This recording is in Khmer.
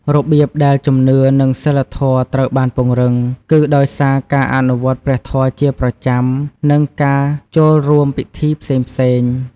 របៀបដែលជំនឿ និងសីលធម៌ត្រូវបានពង្រឹង គឺដោយសារការអនុវត្តព្រះធម៌ជាប្រចាំ និងការចួករួមពិធីផ្សេងៗ។